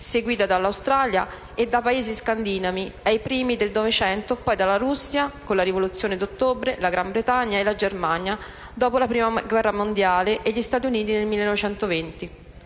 seguita dall'Australia e dai Paesi scandinavi ai primi del Novecento, poi dalla Russia, con la Rivoluzione d'ottobre, la Gran Bretagna e la Germania dopo la Prima guerra mondiale e gli Stati Uniti nel 1920.